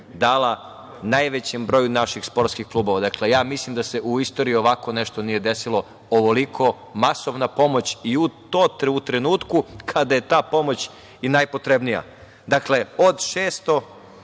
dala najvećem broju naših sportskih klubova. Mislim da se u istoriji ovako nešto nije desilo, ovoliko masovna pomoć i to u trenutku kada je ta pomoć najpotrebnija. Dakle, od 600.000